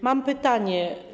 Mam pytania.